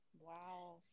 wow